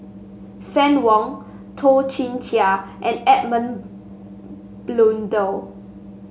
Fann Wong Toh Chin Chye and Edmund Blundell